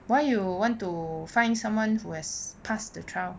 why you want to find someone who has passed the trial